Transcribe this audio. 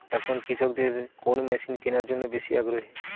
এখন কৃষকদের কোন মেশিন কেনার জন্য বেশি আগ্রহী?